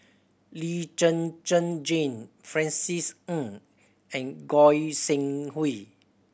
Lee Zhen Zhen Jane Francis Ng and Goi Seng Hui